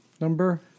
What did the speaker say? Number